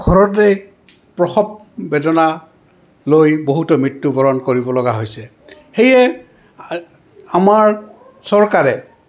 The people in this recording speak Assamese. ঘৰতেই প্ৰসৱ বেদনা লৈ বহুতে মৃত্যুবৰণ কৰিব লগগা হৈছে সেয়ে আমাৰ চৰকাৰে